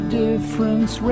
difference